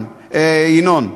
ינון?